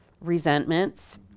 resentments